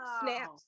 snaps